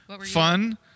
Fun